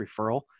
referral